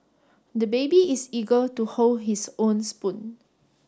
the baby is eager to hold his own spoon